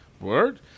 word